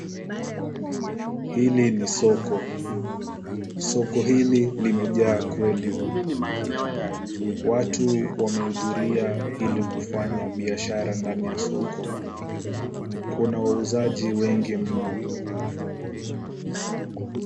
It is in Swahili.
Hili ni soko. Soko hili limejaa kweli. Watu wamehudhuria ili kufanya biashara ndani ya soko. Kuna wauzaji wengi mno.